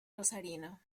rosarino